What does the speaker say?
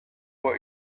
what